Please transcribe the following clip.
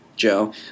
joe